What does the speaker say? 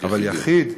אבל יחיד,